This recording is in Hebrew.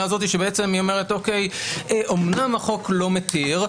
הזאת שהיא אומרת: אומנם החוק לא מתיר,